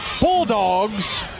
Bulldogs